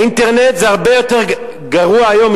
האינטרנט זה הרבה יותר גרוע היום,